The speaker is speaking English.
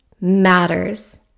matters